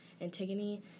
Antigone